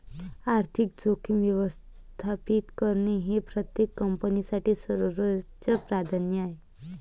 आर्थिक जोखीम व्यवस्थापित करणे हे प्रत्येक कंपनीसाठी सर्वोच्च प्राधान्य आहे